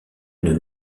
une